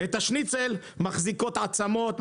את השניצל מחזיקות עצמות,